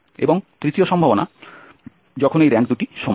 এবং তৃতীয় সম্ভাবনা যখন এই দুটি র্যাঙ্ক সমান